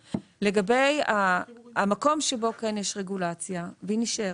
לגבי המקום שבו כן יש רגולציה והיא נשארת,